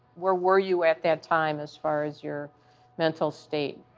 where were you at that time, as far as your mental state?